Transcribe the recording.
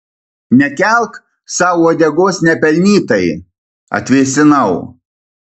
nekelk sau uodegos nepelnytai atvėsinau